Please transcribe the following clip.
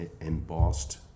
embossed